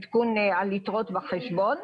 עדכון על יתרות בחשבון,